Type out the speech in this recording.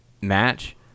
match